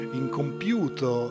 incompiuto